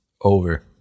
Over